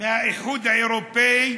מהאיחוד האירופי,